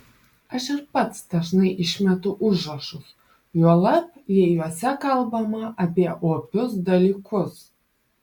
aš ir pats dažnai išmetu užrašus juolab jei juose kalbama apie opius dalykus